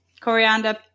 coriander